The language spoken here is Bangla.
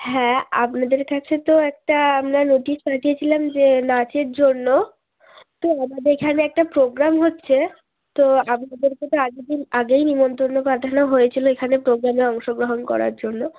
হ্যাঁ আপনাদের কাছে তো একটা আমরা নোটিস পাঠিয়েছিলাম যে নাচের জন্য তো আমাদের এখানে একটা প্রোগ্রাম হচ্ছে তো আপনাদেরকে তো আগেরদিন আগেই নেমন্তন্ন পাঠানো হয়েছিল এখানে প্রোগ্রামে অংশগ্রহণ করার জন্য